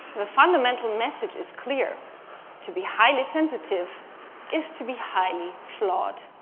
the fundamental message is clear to be highly sensitive is to be highly flawed.